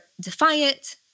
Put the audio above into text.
defiant